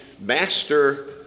master